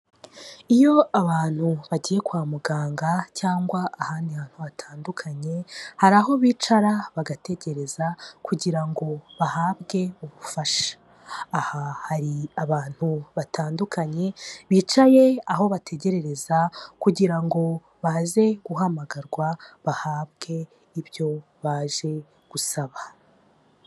Iyo abantu bagiye kwa muganga cyangwa ahandi hantu hatandukanye, hari aho bicara bagategereza kugira ngo bahabwe ubufasha. Aha hari abantu batandukanye bicaye aho bategererereza kugira ngo baze guhamagarwa bahabwe ibyo baje gusaba.